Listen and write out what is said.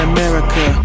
America